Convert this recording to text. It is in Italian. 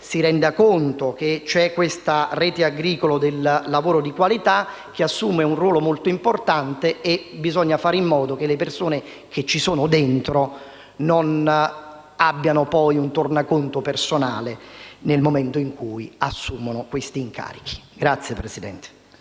si renda conto che c'è questa Rete agricola del lavoro di qualità che assume un ruolo molto importante e bisogna fare in modo che le persone che ci sono dentro non abbiano poi un tornaconto personale nel momento in cui assumono questi incarichi. PRESIDENTE.